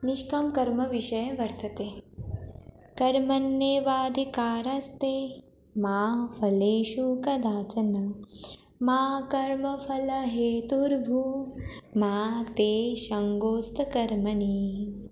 निष्काम कर्मविषये वर्तते कर्मण्येवाधिकारस्ते मा फलेषु कदाचन मा कर्मफलहेतुर्भूर्मा ते सङ्गोऽस्त्वकर्मणि